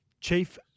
Chief